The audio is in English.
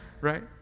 right